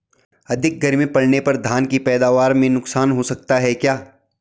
अधिक गर्मी पड़ने पर धान की पैदावार में नुकसान हो सकता है क्या?